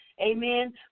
Amen